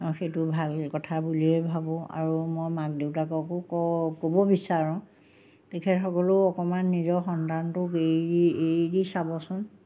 সেইটো ভাল কথা বুলিয়ে ভাবোঁ আৰু মই মাক দেউতাককো কওঁ ক'ব বিচাৰোঁ তেখেতসকলেও অকণমান নিজৰ সন্তানটোক এৰি দি চাবচোন